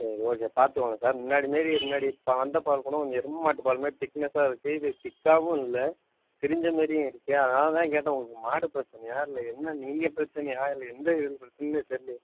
சரி ஓகே பார்த்து வாங்க சார் முன்னாடி மாரி முன்னாடி இப்போ வந்த பால் கூடம் கொஞ்ச எருமைமாட்டு பால்மாதிரி திக்னஸாக இருக்கு இது திக்காகவும் இல்லை திரிஞ்சமாரியும் இருக்கு அதனால் தான் கேட்டேன் உங்களுக்கு மாடு பிரச்சனையாக இல்லை என்ன நீங்கள் பிரச்சனையாக இல்லை எந்த இது ஒன்றுமே தெர்லையே